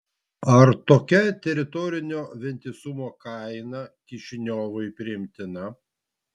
ar tokia teritorinio vientisumo kaina kišiniovui priimtina